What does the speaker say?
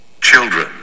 Children